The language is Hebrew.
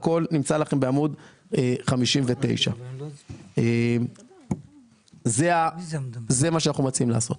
הכול נמצא לכם בעמוד 59. זה מה שאנחנו מציעים לעשות.